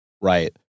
right